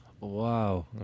Wow